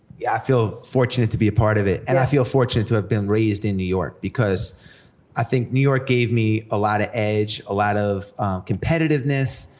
yeah, i feel fortunate to be a part of it, and i feel fortunate to have been raised in new york, because i think new york gave me a lot of edge, a lot of competitiveness,